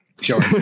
Sure